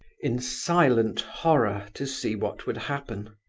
in silent horror, to see what would happen.